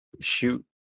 shoot